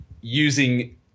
using